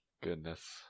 Goodness